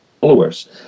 followers